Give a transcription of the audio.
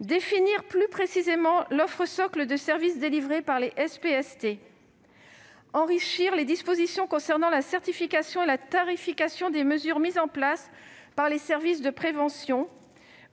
définir plus précisément l'offre socle de services délivrés par les SPST, enrichir les dispositions concernant la certification et la tarification des mesures mises en place par les services de prévention